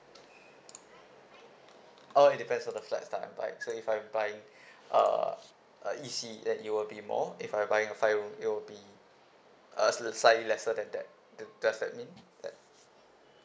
oh it depends on the flat that I'm buying so if I'm buying uh a E_C then it will be more if I'm buying a five room it will be uh s slightly lesser than that do~ does that mean that